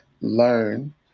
learn